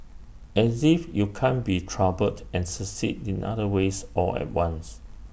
as if you can be troubled and succeed in other ways all at once